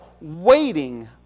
waiting